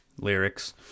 lyrics